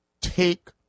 take